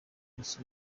gusa